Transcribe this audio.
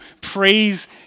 praise